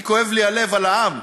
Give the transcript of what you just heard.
אני, כואב לי הלב על העם.